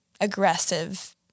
aggressive